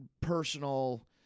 personal